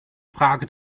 frage